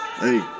Hey